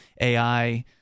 AI